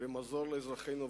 ומזור לאזרחינו הוותיקים.